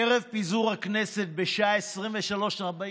ערב פיזור הכנסת בשעה 23:45,